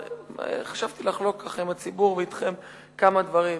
חשבתי לחלוק ככה עם הציבור ואתכם כמה דברים.